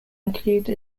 include